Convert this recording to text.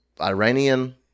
Iranian